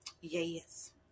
Yes